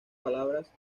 palabras